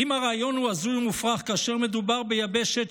כי אם הרעיון הוא הזוי ומופרך כאשר מדובר ביבשת,